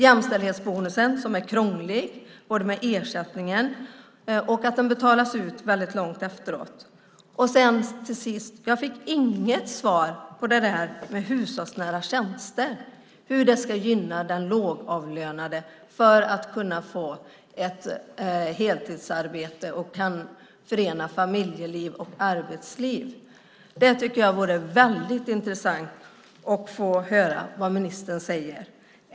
Jämställdhetsbonusen är krånglig när det gäller ersättningen, och den betalas ut väldigt långt efteråt. Till sist: Jag fick inget svar på hur detta med hushållsnära tjänster ska gynna att den lågavlönade kan få ett heltidsarbete och förena familjeliv och arbetsliv. Det vore väldigt intressant att få höra vad ministern säger här.